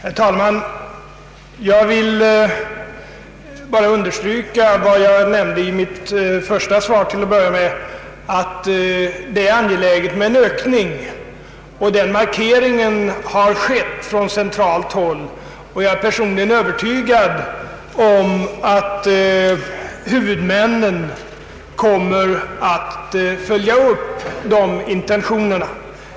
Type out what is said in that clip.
Herr talman! Jag vill bara understryka vad jag nämnde i mitt första svar, att det är angeläget med en ytterligare ökning av utbildningskapaciteten. Detta har också markerats från centralt håll, och jag är personligen övertygad om att huvudmännen kommer att följa upp dessa intentioner.